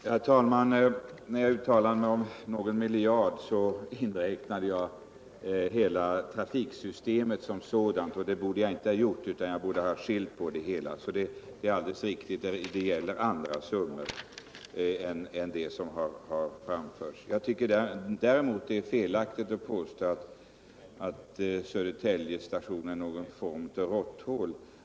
Herr talman! När jag uttalade mig om en kostnad på någon miljard inräknade jag hela trafiksystemet som sådant, och det borde jag inte ha gjort. Det rör sig i detta fall om andra summor. Jag tycker däremot att det är felaktigt att påstå att Södertälje Södra skulle kunna betecknas som någon form av råtthål.